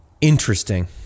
Interesting